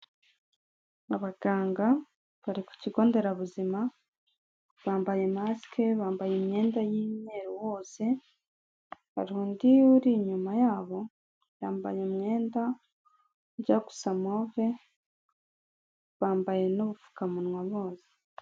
Abaganga bari ku kigo nderabuzima bambaye masike, bambaye imyenda y'imyeru bose, hari undi uri inyuma yabo yambaye umwenda ujya gusa move bambaye n'upfukamunwa bose.